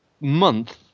month